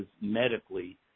medically